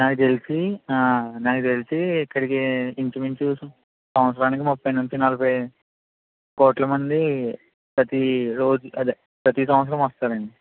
నాకు తెలిసి ఆ నాకు తెలిసి ఇక్కడకి ఇంచు మించు సంవత్సరానికి ముప్ఫై నుంచి నలభై కోట్ల మంది ప్రతి రోజు అదే ప్రతి సంవత్సరం వస్తారండీ